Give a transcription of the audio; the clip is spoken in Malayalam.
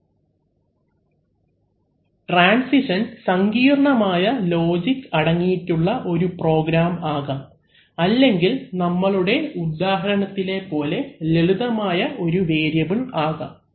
അവലംബിക്കുന്ന സ്ലൈഡ് സമയം 0739 ട്രാൻസിഷൻ സങ്കീർണ്ണമായ ലോജിക് അടങ്ങിയിട്ടുള്ള ഒരു പ്രോഗ്രാം ആകാം അല്ലെങ്കിൽ നമ്മളുടെ ഉദാഹരണത്തിലെ പോലെ ലളിതമായ ഒരു വേരിയബിൽ ആകാം